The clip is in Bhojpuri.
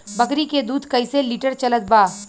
बकरी के दूध कइसे लिटर चलत बा?